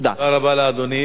כבוד שר המשפטים, בבקשה.